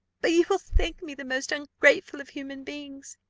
but you will think me the most ungrateful of human beings?